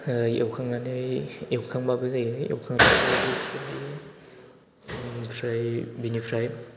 एवखांनानै एवखांबाबो जायो बेनिफ्राय